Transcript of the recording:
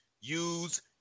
use